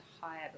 hire